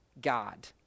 God